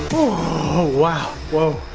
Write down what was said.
oh wow! whoa,